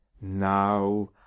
Now